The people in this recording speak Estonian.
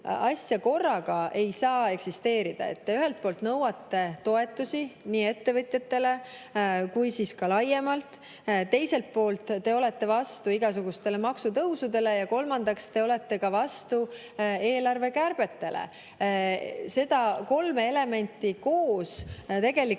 asja korraga ei saa eksisteerida. Te ühelt poolt nõuate toetusi nii ettevõtjatele kui ka laiemalt. Teiselt poolt te olete vastu igasugustele maksutõusudele. Ja kolmandaks, te olete vastu eelarvekärbetele. Kolme elementi koos tegelikult